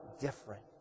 different